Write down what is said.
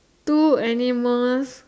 two animals